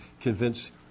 convince